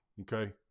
okay